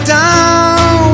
down